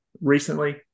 recently